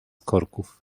korków